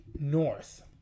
North